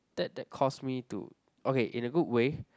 that that caused me to okay in a good way